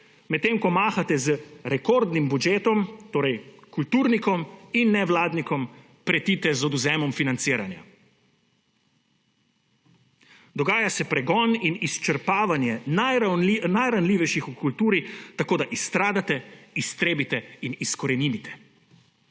medtem ko mahate z rekordnim budžetom, kulturnikom in nevladnikom pretite z odvzemom financiranja. Dogaja se pregon in izčrpavanje najranljivejših v kulturi tako, da izstradate, iztrebite in izkoreninite.